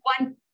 one